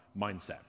mindset